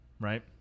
Right